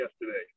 yesterday